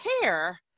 care